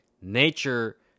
Nature